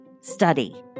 study